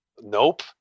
nope